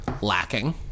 lacking